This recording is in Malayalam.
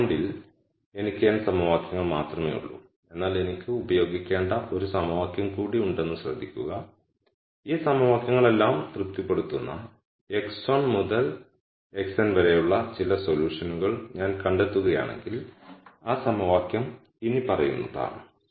ഈ പോയിന്റിൽ എനിക്ക് n സമവാക്യങ്ങൾ മാത്രമേ ഉള്ളൂ എന്നാൽ എനിക്ക് ഉപയോഗിക്കേണ്ട ഒരു സമവാക്യം കൂടി ഉണ്ടെന്ന് ശ്രദ്ധിക്കുക ഈ സമവാക്യങ്ങളെല്ലാം തൃപ്തിപ്പെടുത്തുന്ന x1 മുതൽ x n വരെയുള്ള ചില സൊല്യൂഷനുകൾ ഞാൻ കണ്ടെത്തുകയാണെങ്കിൽ ആ സമവാക്യം ഇനിപ്പറയുന്നതാണ്